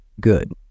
good